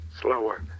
slower